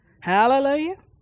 Hallelujah